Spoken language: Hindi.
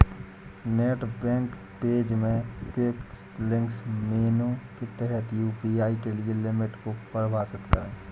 नेट बैंक पेज में क्विक लिंक्स मेनू के तहत यू.पी.आई के लिए लिमिट को परिभाषित करें